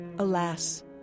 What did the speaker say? Alas